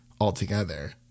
altogether